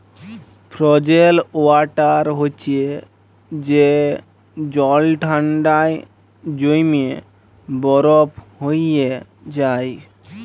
frozen water হছে যে জল ঠাল্ডায় জইমে বরফ হঁয়ে যায়